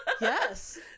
yes